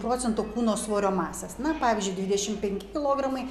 procentų kūno svorio masės na pavyzdžiui dvidešimt penki kilogramai